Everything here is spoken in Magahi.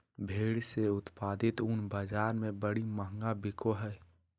भेड़ से उत्पादित ऊन बाज़ार में बड़ी महंगा बिको हइ